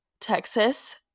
Texas